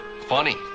Funny